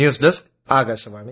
news desk Akashvani